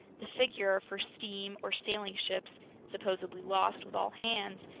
the figure for steam or sailing ships supposedly lost with all hands,